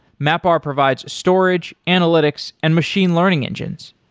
mapr provides storage, analytics and machine learning engines.